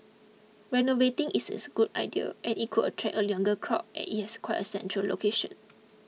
renovating it is a good idea and it could attract a younger crowd as it has quite a central location